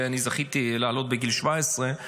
ואני זכיתי לעלות בגיל 17,